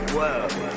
Whoa